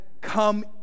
come